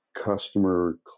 customer